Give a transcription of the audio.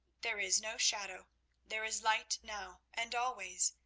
there is no shadow there is light, now and always,